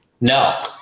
No